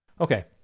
Okay